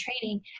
training